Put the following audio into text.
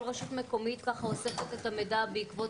כל רשות מקומית אוספת את המידע בעקבות